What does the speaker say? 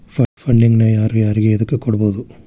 Funding ನ ಯಾರು ಯಾರಿಗೆ ಎದಕ್ಕ್ ಕೊಡ್ಬೊದು?